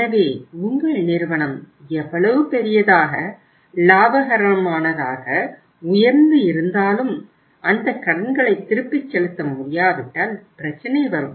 எனவே உங்கள் நிறுவனம் எவ்வளவு பெரியதாக லாபகரமானதாக உயர்ந்து இருந்தலும் அந்தக் கடன்களை திருப்பிச் செலுத்த முடியாவிட்டால் பிரச்சினை வரும்